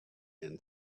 and